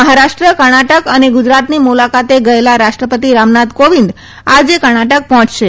મહારાષ્ટ્ર કર્ણાટક અને ગુજરાતની મુલાકાતે ગયેલા રાષ્ટ્રપતિ રામનાથ કોવિંદ આજે કર્ણાટક પહોંચશે